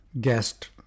guest